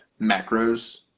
macros